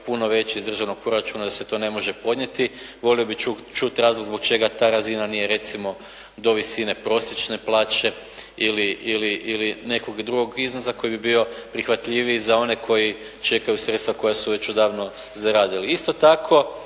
puno veći iz državnog proračuna, da se to ne može podnijeti. Volio bih čuti razlog zbog čega ta razina nije recimo do visine prosječne plaće ili, ili nekog drugog iznosa koji bi bio prihvatljiviji za one koji čekaju sredstva koja su već odavno zaradili. Isto tako